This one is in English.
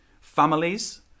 Families